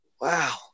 wow